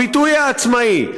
הביטוי העצמאי,